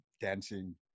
dancing